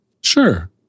Sure